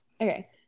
okay